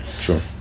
Sure